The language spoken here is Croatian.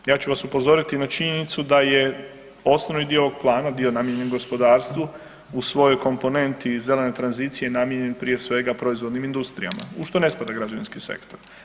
Ja ću vas upozoriti na činjenicu da je osnovni dio ovog plana, dio namijenjen gospodarstvu u svojoj komponenti i zelene tranzicije namijenjen prije svega proizvodnim industrijama, u što ne spada građevinski sektor.